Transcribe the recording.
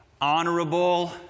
honorable